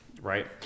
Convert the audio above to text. Right